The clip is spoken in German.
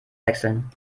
wechseln